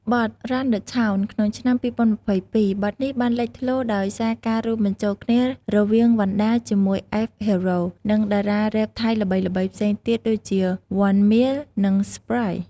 បទ "RUN THE TOWN" ក្នុង ឆ្នាំ២០២២ បទនេះបានលេចធ្លោដោយសារការរួមបញ្ចូលគ្នារវាងវណ្ណដាជាមួយ F.HERO និងតារារ៉េបថៃល្បីៗផ្សេងទៀតដូចជា 1MILL និង SPRITE។